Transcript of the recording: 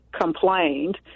complained